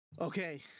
Okay